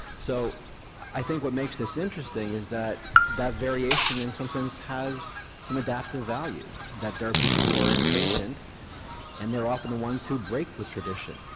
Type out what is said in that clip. so i think what makes this interesting is that that variation in some sense has some adaptive value, that there are people who are impatient and often the ones who break with tradition,